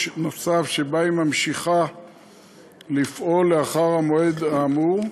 נוסף שבו היא ממשיכה לפעול לאחר המועד האמור,